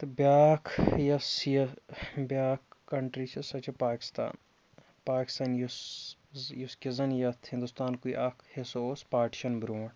تہٕ بیٛاکھ یۄس یہِ بیٛاکھ کَنٹرٛی چھِ سۄ چھِ پاکِستان پاکِستان یُس زِ یُس کہِ زَنہٕ یَتھ ہِنٛدُستانکُے اَکھ حصہٕ اوس پاٹِشَن برٛونٛٹھ